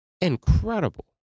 incredible